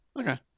okay